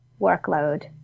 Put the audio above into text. workload